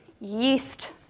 yeast